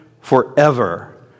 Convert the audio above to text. forever